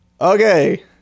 Okay